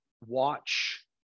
watch